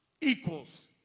equals